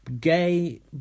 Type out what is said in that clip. gay